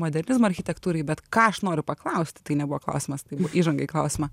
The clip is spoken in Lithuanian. modernizmo architektūrai bet ką aš noriu paklausti tai nebuvo klausimas tai buvo įžanga į klausimą